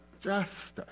justice